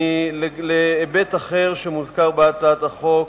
להיבט אחר שמוזכר בהצעת החוק,